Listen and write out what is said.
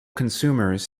consumers